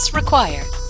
required